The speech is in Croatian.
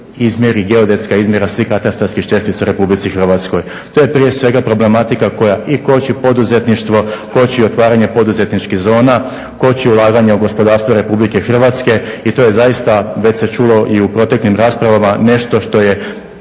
izmjeri geodetska izmjera svih katastarskih čestica u Republici Hrvatskoj. To je prije svega problematika koja i koči poduzetništvo, koči otvaranje poduzetničkih zona, koči ulaganje u gospodarstvo Republike Hrvatske i to je zaista već se čulo i u proteklim raspravama nešto što je